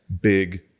big